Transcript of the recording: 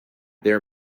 there